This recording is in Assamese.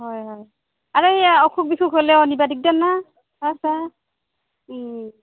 হয় হয় আৰু এইয়া অসুখ বিসুখ হ'লেও নিব দিগদাৰ না